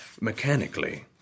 mechanically